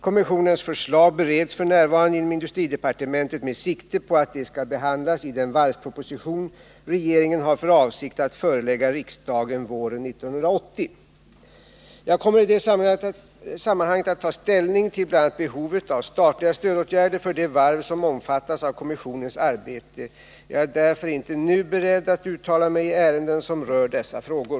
Kommissionens förslag bereds f. n. inom industridepartementet med sikte på att de skall behandlas i den varvsproposition regeringen har för avsikt att förelägga riksdagen våren 1980. Jag kommer i det sammanhanget att ta ställning till bl.a. behovet av statliga stödåtgärder för de varv som omfattats av kommissionens arbete. Jag är därför inte nu beredd att uttala mig i ärenden som rör dessa frågor.